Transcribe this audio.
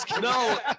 No